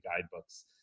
guidebooks